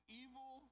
evil